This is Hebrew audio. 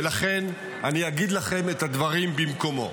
ולכן אני אגיד לכם את הדברים במקומו: